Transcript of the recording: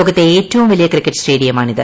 ലോകത്തെ ഏറ്റവും വലിയ ക്രിക്കറ്റ് സ്റ്റേഡിയമാണിത്